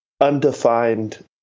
undefined